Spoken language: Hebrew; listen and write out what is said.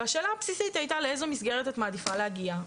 והשאלה הבסיסית הייתה לאיזו מסגרת את מעדיפה להגיע,